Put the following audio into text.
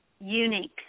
Unique